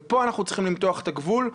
ופה אנחנו צריכים למתוח את הגבול.